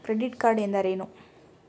Credit card ಎಂದರೇನು?